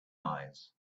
eyes